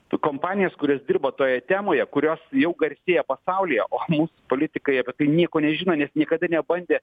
kompanijas kurios dirbo toje temoje kurios jau garsėja pasaulyje o mūsų politikai apie tai nieko nežino nes niekada nebandė